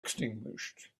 extinguished